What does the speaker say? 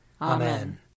Amen